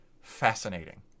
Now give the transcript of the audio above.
fascinating